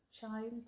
child